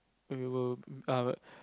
when we were err